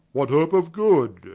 what hope of good?